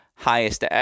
highest